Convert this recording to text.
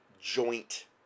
joint